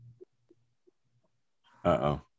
Uh-oh